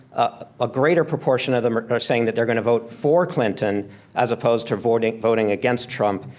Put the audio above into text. a greater proportion of them are saying that they're gonna vote for clinton as opposed to voting voting against trump.